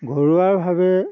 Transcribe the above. ঘৰুৱাভাৱে